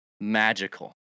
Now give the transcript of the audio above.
magical